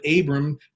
Abram